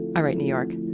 alright, new york.